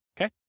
Okay